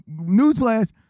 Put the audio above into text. newsflash